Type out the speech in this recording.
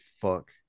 fuck